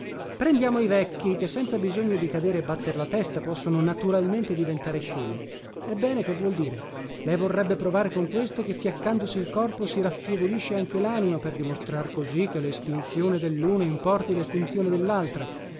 prendiamo i vecchi che senza bisogno di cadere e batter la testa possono naturalmente diventare scemi ebbene che vuol dire lei vorrebbe provare con questo che fiaccandosi il corpo si raffievolisce anche lanima per dimostrar così che lestinzione delluno importi